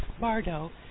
Bardo